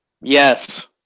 Yes